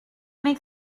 make